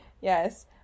Yes